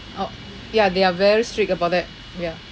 orh ya they are very strict about that ya